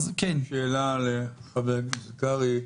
שאלה לחבר הכנסת קרעי,